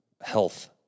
health